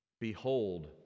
Behold